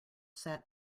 sat